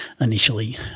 initially